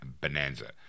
bonanza